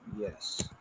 Yes